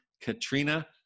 Katrina